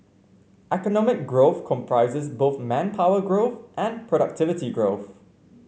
economic growth comprises both manpower growth and productivity growth